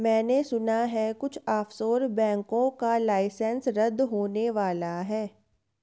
मैने सुना है कुछ ऑफशोर बैंकों का लाइसेंस रद्द होने वाला है